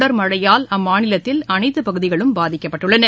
தொடர் மழையால் அம்மாநிலத்தில் அனைத்துபகுதிகளும் பாதிக்கப்பட்டுள்ளன